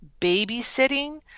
babysitting